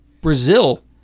Brazil